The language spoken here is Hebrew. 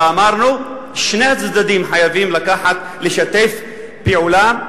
אלא אמרנו: שני הצדדים חייבים לשתף פעולה,